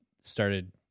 started